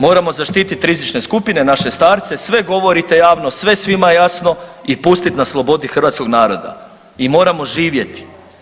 Moramo zaštititi rizične skupine, naše starce, sve govorite javno, sve svima jasno i pustiti na slobodi hrvatskoga naroda i moramo živjeti.